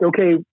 okay